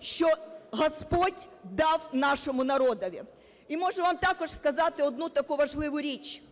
що Господь дав нашому народові. І можу вам також сказати одну таку важливу річ.